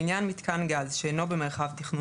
(1)לעניין מיתקן גז שאינו במרחב תכנון